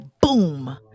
boom